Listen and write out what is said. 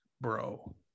bro